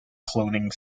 cloning